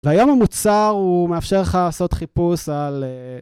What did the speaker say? והיום המוצר הוא מאפשר לך לעשות חיפוש על...